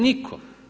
Nitko.